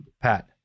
Pat